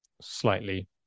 slightly